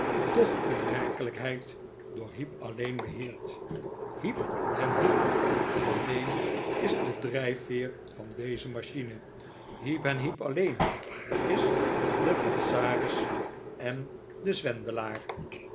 doch in werkelijkheid door heep alleen beheerd heep en heep alleen is de drijfveer van deze machine heep eh heep alleen is de falsaris en de